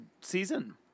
season